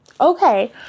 Okay